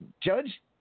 Judge